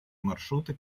маршруты